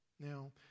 Now